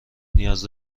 نیاز